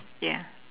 yeah